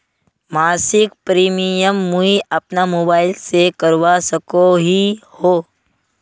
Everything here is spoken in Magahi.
मासिक प्रीमियम मुई अपना मोबाईल से करवा सकोहो ही?